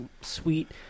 sweet